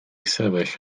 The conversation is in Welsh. sefyll